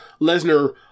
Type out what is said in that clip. Lesnar